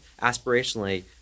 aspirationally